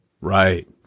Right